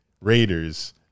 Raiders